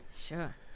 sure